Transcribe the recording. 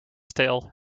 stil